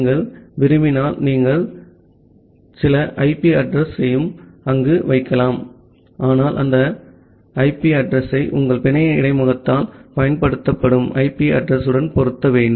நீங்கள் விரும்பினால் நீங்கள் சில ஐபி அட்ரஸ் யையும் அங்கு வைக்கலாம் ஆனால் அந்த ஐபி அட்ரஸ் யை உங்கள் பிணைய இடைமுகத்தால் பயன்படுத்தப்படும் ஐபி அட்ரஸ் யுடன் பொருத்த வேண்டும்